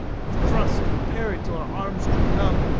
we thrust and parried till our arms grew numb.